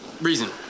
Reason